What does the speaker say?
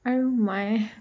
আৰু মায়ে